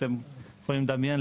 אתם יכולים לדמיין,